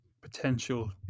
potential